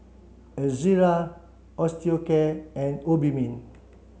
Ezerra Osteocare and Obimin